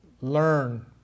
learn